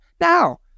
Now